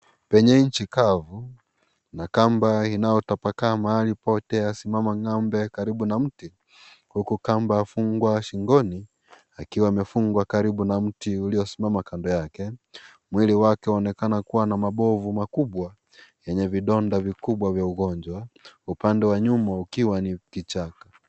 Pwenye nchi kavu na kamba inayotapakaa pote asimama ngombe karibu na mti huku kamba afungwa shingoni akiwa amefungwa karibu na mti uliosimama kando yake .Mwili wake waonekana kuwa na mabovu makubwa yenye vidonda vikubwa vya magonjwa, upande wa nyuma ukiwa ni kichaka.